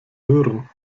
hören